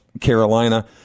Carolina